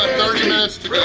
thirty minutes to